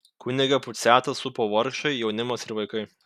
kunigą puciatą supo vargšai jaunimas ir vaikai